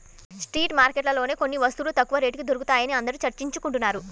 street మార్కెట్లలోనే కొన్ని వస్తువులు తక్కువ రేటుకి దొరుకుతాయని అందరూ చర్చించుకుంటున్నారు